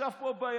ישב פה ביציע,